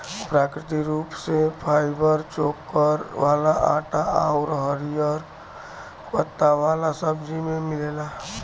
प्राकृतिक रूप से फाइबर चोकर वाला आटा आउर हरिहर पत्ता वाला सब्जी में मिलेला